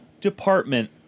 department